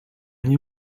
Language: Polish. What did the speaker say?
nie